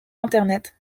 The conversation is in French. internet